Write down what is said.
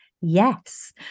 Yes